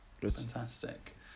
Fantastic